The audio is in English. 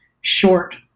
short